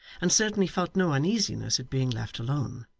and certainly felt no uneasiness at being left alone.